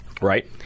Right